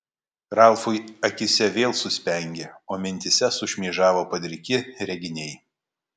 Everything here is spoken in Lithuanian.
ralfui ausyse vėl suspengė o mintyse sušmėžavo padriki reginiai